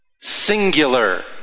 singular